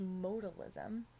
modalism